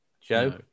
Joe